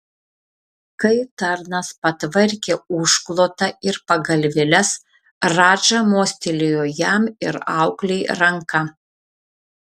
kai tarnas patvarkė užklotą ir pagalvėles radža mostelėjo jam ir auklei ranka